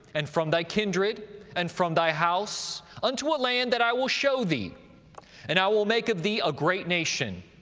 and from thy kindred, and from thy house, unto a land that i will show thee and i will make of thee a great nation,